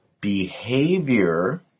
behavior